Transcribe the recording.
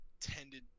tended